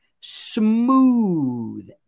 smooth